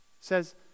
Says